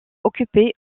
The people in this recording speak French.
occupé